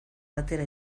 batera